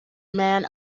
man